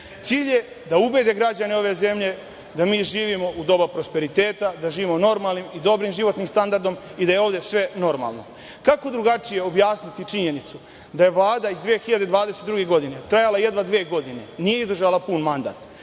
Cilj je da ubede građane ove zemlje da mi živimo u doba prosperiteta, da živimo normalnim i dobrim životnim standardom i da je ovde sve normalno. Kako drugačije objasniti činjenicu da je Vlada iz 2022. godine trajala jedva dve godine, nije izdržala pun mandat?